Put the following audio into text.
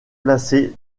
placés